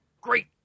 great